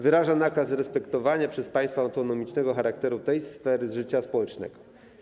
Wyraża nakaz respektowania przez państwo autonomicznego charakteru tej sfery życia społecznego.